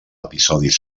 episodis